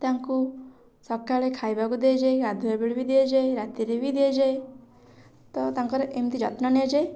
ତାଙ୍କୁ ସକାଳେ ଖାଇବାକୁ ଦିଆଯାଏ ଗାଧୁଆବେଳେ ବି ଦିଆଯାଏ ରାତିରେ ବି ଦିଆଯାଏ ତ ତାଙ୍କର ଏମିତି ଯତ୍ନ ନିଆଯାଏ